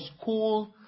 school